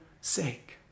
sake